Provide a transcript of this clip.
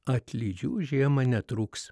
atlydžių žiemą netrūks